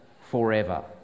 forever